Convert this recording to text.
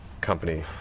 company